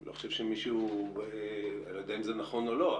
אני לא יודע אם זה נכון או לא,